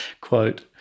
quote